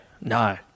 no